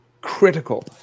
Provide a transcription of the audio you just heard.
critical